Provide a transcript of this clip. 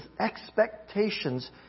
expectations